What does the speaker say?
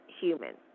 human